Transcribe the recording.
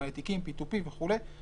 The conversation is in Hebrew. האשראי כבר ניתן, אין דרך לחזור.